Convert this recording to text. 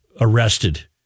arrested